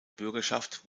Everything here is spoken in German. bürgerschaft